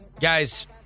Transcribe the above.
Guys